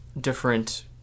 different